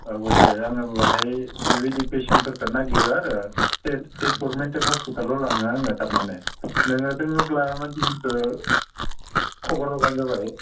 अबयस्से आंनोबो बाहाय बेबायदि पेसेनफोरखौ नागिरो आरो तेजपुर मेन्टेल हस्पितालाव लाङो आङो तारमाने नोङो दङब्ला मानसिफोरखौ खबर होबानो जाबाय